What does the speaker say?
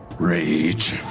rage.